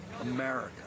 America